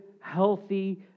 healthy